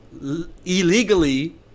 illegally